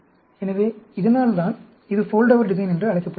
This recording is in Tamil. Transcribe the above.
எனவே இதனால்தான் இது ஃபோல்டோவர் டிசைன் என்று அழைக்கப்படுகிறது